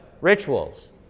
rituals